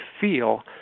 feel